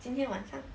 今天晚上